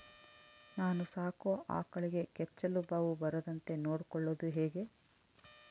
ನಾನು ಸಾಕೋ ಆಕಳಿಗೆ ಕೆಚ್ಚಲುಬಾವು ಬರದಂತೆ ನೊಡ್ಕೊಳೋದು ಹೇಗೆ?